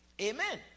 amen